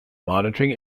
monitoring